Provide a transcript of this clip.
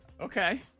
Okay